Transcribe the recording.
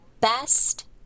best